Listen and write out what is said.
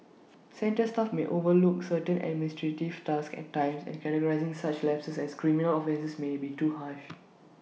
centre staff may overlook certain administrative tasks at times and categorising such lapses as criminal offences may be too harsh